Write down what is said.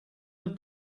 have